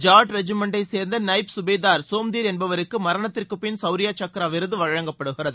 ஜாட் ரெஜிமென்டை சேர்ந்த நைப் சுபேதார் சோம்திர் என்பவருக்கு மரணத்திற்கு பின் சவுரிய சக்ரா விருது வழங்கப்படுகிறது